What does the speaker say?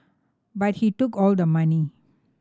but he took all the money